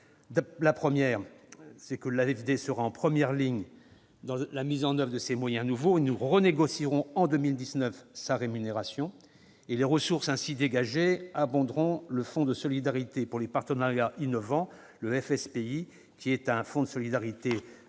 Premièrement, l'AFD sera en première ligne dans la mise en oeuvre de ces moyens nouveaux. Nous renégocierons en 2019 sa rémunération. Les ressources ainsi dégagées abonderont le Fonds de solidarité pour les partenariats innovants, le FSPI, qui est facile d'usage, très